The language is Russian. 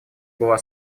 была